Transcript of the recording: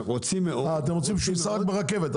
מה אתם רוצים שייסע רק ברכבת?